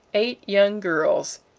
eight young girls,